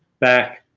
back,